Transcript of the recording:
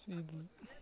یُس عیدُل